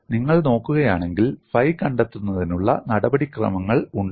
നിങ്ങൾ നോക്കുകയാണെങ്കിൽ ഫൈ കണ്ടെത്തുന്നതിനുള്ള നടപടിക്രമങ്ങൾ ഉണ്ടോ